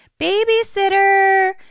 Babysitter